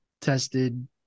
tested